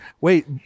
Wait